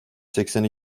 seksen